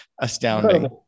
astounding